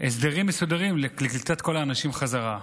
הסדרים מסודרים לקליטת כל האנשים בחזרה.